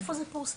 איפה זה פורסם?